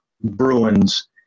Bruins